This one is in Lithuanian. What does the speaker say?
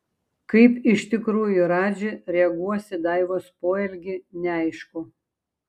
kaip iš tikrųjų radži reaguos į daivos poelgį neaišku